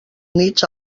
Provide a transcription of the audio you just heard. nits